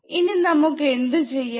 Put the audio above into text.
ഇനി നമുക്ക് എന്തു ചെയ്യാം